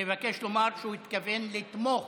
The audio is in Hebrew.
לומר שהוא התכוון לתמוך